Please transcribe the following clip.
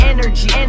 Energy